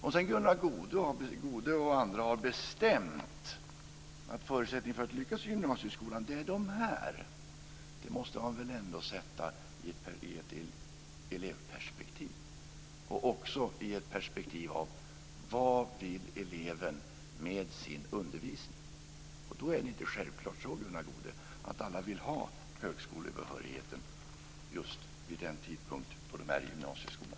Om Gunnar Goude och andra har bestämt förutsättningarna för att man ska lyckas i gymnasieskolan måste man väl ändå sätta det i ett elevperspektiv och i ett perspektiv av vad eleven vill med sin undervisning. Då är det inte självklart så att alla vill ha högskolebehörigheten just vid den tidpunkt då de befinner sig i gymnasieskolan.